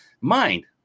Mind